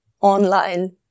online